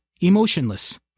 emotionless